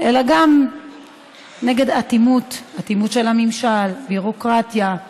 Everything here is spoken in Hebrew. אלא גם נגד האטימות, אטימות של הממשל, ביורוקרטיה.